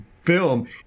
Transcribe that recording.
film